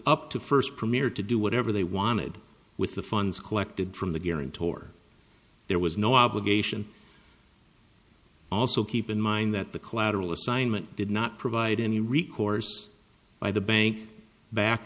up to first premier to do whatever they wanted with the funds collected from the guarantor there was no obligation also keep in mind that the collateral assignment did not provide any recourse by the bank back